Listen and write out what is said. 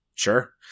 Sure